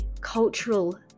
cultural